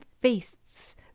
feasts